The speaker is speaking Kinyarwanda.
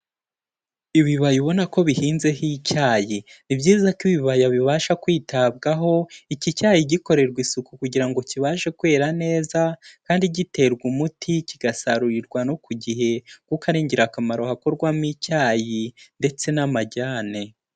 Ibibaya ubona ko bihinzeho icyayi. Ni byiza ko ibibaya bibasha kwitabwaho, iki cyayi gikorerwa isuku kugira ngo kibashe kwera neza kandi giterwa umuti kigasarurirwa no ku gihe, kuko ari ingirakamaro hakorwamo icyayi ndetse n'amajyane.